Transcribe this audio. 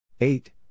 eight